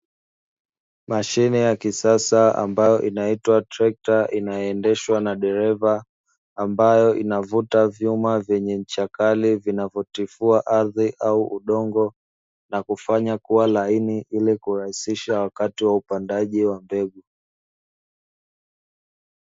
Mashine ya kisasa ambayo inaitwa trekta inaendeshwa na dereva, ambayo inavuta vyuma vyenye ncha kali vinavyo tifua ardhi au udongo na kufanya kuwa laini ili kurahisisha wakati wa upandaji wa mbegu.